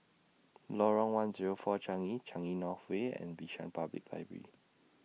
Lorong one Zero four Changi Changi North Way and Bishan Public Library